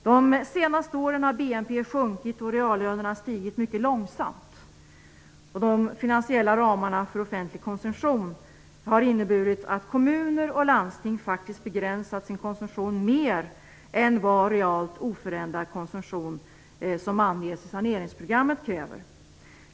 De senaste åren, när BNP sjunkit och reallönerna stigit mycket långsamt, har de finansiella ramarna för offentlig konsumtion inneburit att kommuner och landsting faktiskt begränsat sin konsumtion mer än vad ''realt oförändrad konsumtion'', som anges i saneringsprogrammet, kräver.